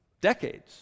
decades